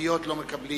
היהודיות לא מקבלים